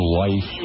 life